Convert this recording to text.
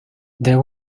there